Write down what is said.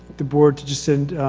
the board to just send,